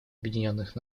объединенных